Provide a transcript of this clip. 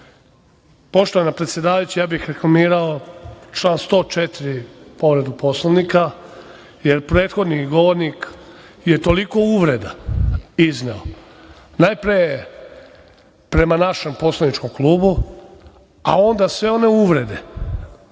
poštovana predsedavajuća, ja bih reklamirao član 104 - Povredu Poslovnika, jer prethodni govornik je izneo niz uvreda. Najpre prema našem poslaničkom klubu, a onda sve one uvrede